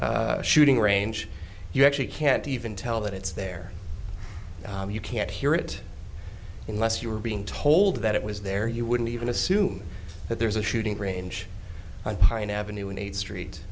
that shooting range you actually can't even tell that it's there you can't hear it unless you were being told that it was there you wouldn't even assume that there is a shooting range on pine avenue and eighth street